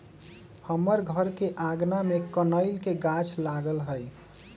हमर घर के आगना में कनइल के गाछ लागल हइ